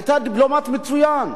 היית דיפלומט מצוין.